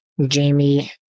Jamie